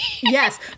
Yes